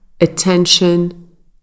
attention